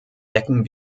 decken